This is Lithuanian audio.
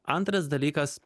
antras dalykas